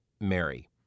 Mary